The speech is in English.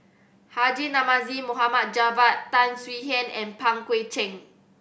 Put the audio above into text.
Haji Namazie Mohd Javad Tan Swie Hian and Pang Guek Cheng